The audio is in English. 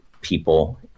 people